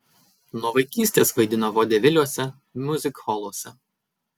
nuo vaikystės vaidino vodeviliuose miuzikholuose